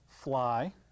fly